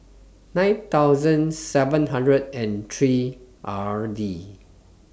nine thousand seven hundred and three R D